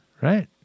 right